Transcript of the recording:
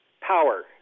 power